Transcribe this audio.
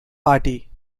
party